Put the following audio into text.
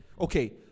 okay